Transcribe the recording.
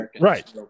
Right